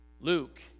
Luke